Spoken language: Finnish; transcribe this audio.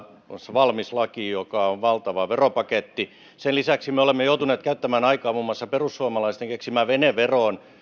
valmis laki joka on valtava veropaketti sen lisäksi me olemme joutuneet käyttämään aikaa muun muassa perussuomalaisten keksimään veneveroon